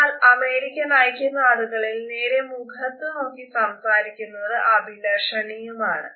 എന്നാൽ അമേരിക്കൻ ഐക്യ നാടുകളിൽ നേരെ മുഖത്ത് നോക്കി സംസാരിക്കുന്നത് അഭിലഷണീയമാണ്